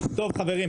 ברשותכם,